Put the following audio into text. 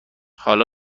حالا